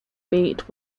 beat